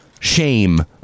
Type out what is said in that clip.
Shame